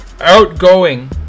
outgoing